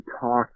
talk